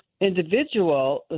individual